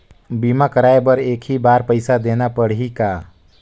बीमा कराय बर एक ही बार पईसा देना पड़ही का?